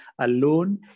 alone